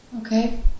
Okay